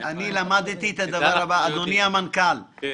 אדוני המנכ"ל,